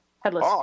headless